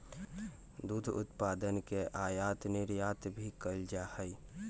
दुध उत्पादन के आयात निर्यात भी कइल जा हई